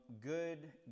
good